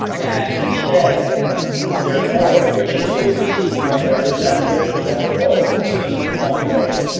and instead their board, which includes a cb one representative who has a vote, at least one vote.